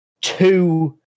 two